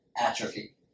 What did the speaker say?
atrophy